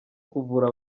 kuvura